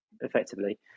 effectively